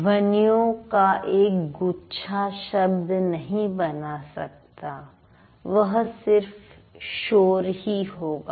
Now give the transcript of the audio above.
ध्वनियों का एक गुच्छा शब्द नहीं बना सकता वह सिर्फ शोर ही होगा